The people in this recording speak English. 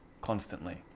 constantly